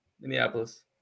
Minneapolis